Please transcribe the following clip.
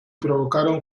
provocaron